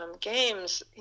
games